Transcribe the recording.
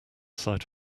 sight